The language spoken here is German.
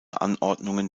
anordnungen